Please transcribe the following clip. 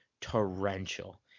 torrential